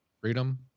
Freedom